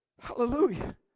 Hallelujah